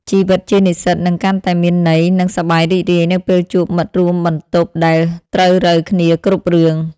ជីវិតជានិស្សិតនឹងកាន់តែមានន័យនិងសប្បាយរីករាយនៅពេលជួបមិត្តរួមបន្ទប់ដែលត្រូវរ៉ូវគ្នាគ្រប់រឿង។